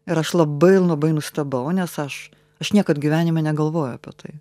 ir aš labai labai nustebau nes aš aš niekad gyvenime negalvojau apie tai